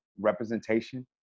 representation